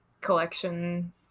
collection